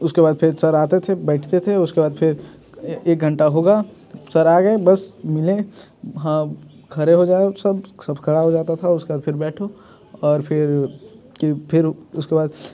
उसके बाद फिर सर आते थे बैठते थे उसके बाद फिर एक घंटा होगा सर आ गए बस मिलें हाँ खड़े हो जाओ सब सब खड़ा हो जाता था उसके बाद फिर बैठो और फिर कि फिर उसके बाद